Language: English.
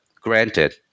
granted